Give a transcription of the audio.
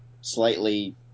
slightly